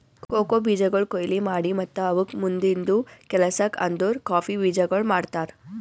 cocoa ಬೀಜಗೊಳ್ ಕೊಯ್ಲಿ ಮಾಡಿ ಮತ್ತ ಅವುಕ್ ಮುಂದಿಂದು ಕೆಲಸಕ್ ಅಂದುರ್ ಕಾಫಿ ಬೀಜಗೊಳ್ ಮಾಡ್ತಾರ್